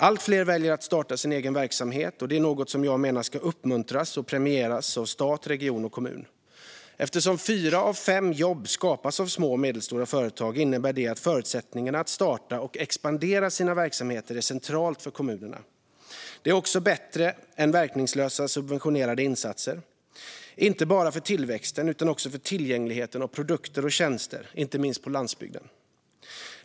Allt fler väljer att starta sin egen verksamhet, och det är något som jag menar ska uppmuntras och premieras av stat, region och kommun. Eftersom fyra av fem jobb skapas av små och medelstora företag är förutsättningarna att starta och expandera verksamheter centralt för kommunerna. Det är också bättre än verkningslösa subventionerade insatser, inte bara för tillväxten utan också för tillgängligheten för produkter och tjänster, inte minst på landsbygden.